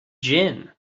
gin